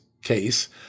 case